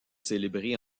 célébrée